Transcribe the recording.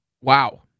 Wow